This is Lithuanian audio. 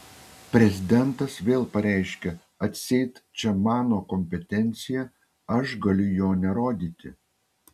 prezidentas vėl pareiškia atseit čia mano kompetencija aš galiu jo nerodyti